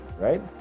right